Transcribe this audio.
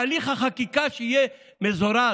בגלל תהליך החקיקה שיהיה מזורז.